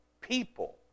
people